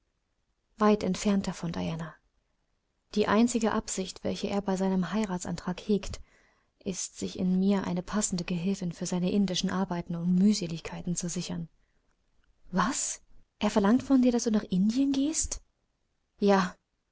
weit entfernt davon diana die einzige absicht welche er bei seinem heiratsantrag hegt ist sich in mir eine passende gehilfin für seine indischen arbeiten und mühseligkeiten zu sichern was er verlangt von dir daß du nach indien gehst ja